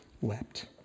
wept